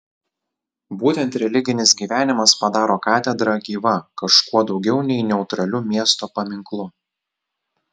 būtent religinis gyvenimas padaro katedrą gyva kažkuo daugiau nei neutraliu miesto paminklu